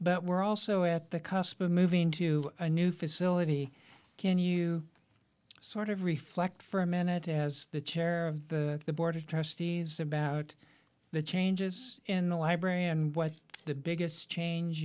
but we're also at the cusp of moving to a new facility can you sort of reflect for a minute as the chair of the board of trustees about the changes in the library and what the biggest change